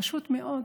פשוט מאוד.